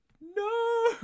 No